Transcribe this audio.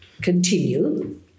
continue